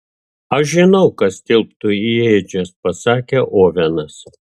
aš žinau kas tilptu į ėdžias pasakė ovenas